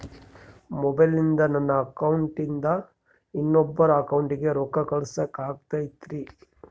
ಮೊಬೈಲಿಂದ ನನ್ನ ಅಕೌಂಟಿಂದ ಇನ್ನೊಬ್ಬರ ಅಕೌಂಟಿಗೆ ರೊಕ್ಕ ಕಳಸಾಕ ಆಗ್ತೈತ್ರಿ?